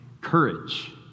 courage